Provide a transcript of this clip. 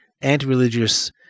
anti-religious